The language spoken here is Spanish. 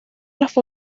las